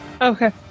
Okay